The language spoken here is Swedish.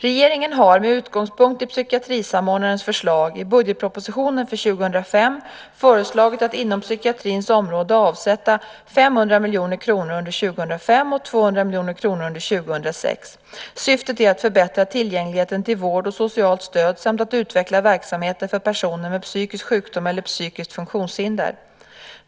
Regeringen har, med utgångspunkt i psykiatrisamordnarens förslag, i budgetpropositionen för 2005 föreslagit att inom psykiatrins område avsätta 500 miljoner kronor under 2005 och 200 miljoner kronor under 2006. Syftet är att förbättra tillgängligheten till vård och socialt stöd samt att utveckla verksamheter för personer med psykisk sjukdom eller psykiskt funktionshinder.